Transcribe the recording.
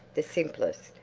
the simplest.